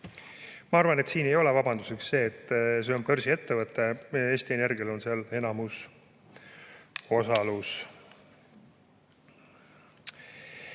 Ma arvan, et siin ei ole vabanduseks see, et see on börsiettevõte. Eesti Energial on seal enamusosalus.